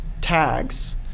tags